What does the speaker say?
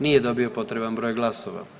Nije dobio potreban broj glasova.